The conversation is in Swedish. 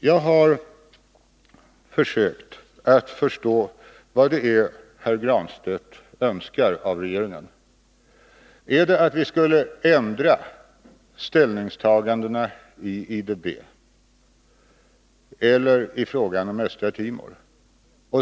Jag har försökt förstå vad det är herr Granstedt önskar av regeringen. Är det att vi skulle ändra ställningstagandena i IDB eller i fråga om Östra Timor?